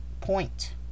point